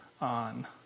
on